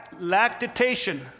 lactation